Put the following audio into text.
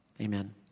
Amen